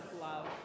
love